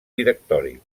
directori